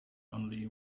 only